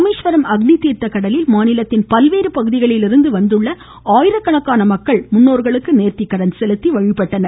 ராமேஸ்வரம் அக்னி தீர்த்த கடலில் மாநிலத்தின் பல்வெறு பகுதிகளிலிருந்து வந்த ஆயிரக்கணக்கான மக்கள் முன்னோர்களுக்கு நேர்த்திக்கடன் செலுத்தி வழிபட்டனர்